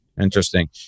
Interesting